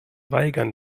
weigern